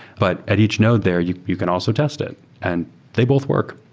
but at each node there, you you can also test it and they both work.